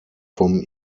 vom